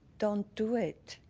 don't do it.